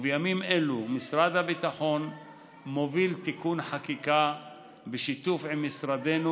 בימים אלו משרד הביטחון מוביל תיקון חקיקה בשיתוף עם משרדנו,